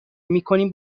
میکنیم